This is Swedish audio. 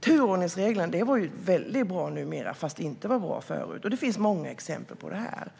Turordningsreglerna var väldigt bra numera fast de inte var bra förut. Det finns många exempel på det.